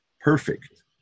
perfect